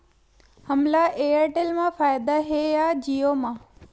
हमला एयरटेल मा फ़ायदा हे या जिओ मा?